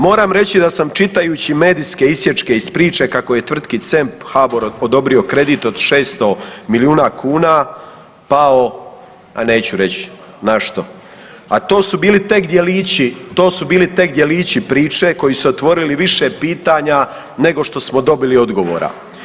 Moram reći da sam čitajući medijske isječke iz priče kako je tvrtki C.E.M.P. HABOR odobrio kredit od 600 milijuna kuna pao a neću reći na što, a to su bili tek djelići, to su bili tek djelići priče koji su otvorili više pitanja nego što smo dobili odgovora.